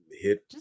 hit